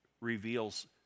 reveals